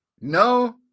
No